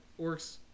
orcs